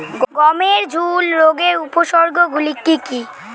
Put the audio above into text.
গমের ঝুল রোগের উপসর্গগুলি কী কী?